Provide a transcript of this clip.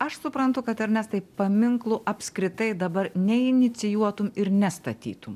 aš suprantu kad ernestai paminklų apskritai dabar neinicijuotum ir nestatytum